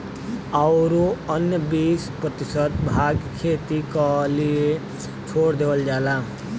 औरू अन्य बीस प्रतिशत भाग खेती क लिए छोड़ देवल जाला